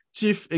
Chief